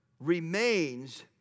Remains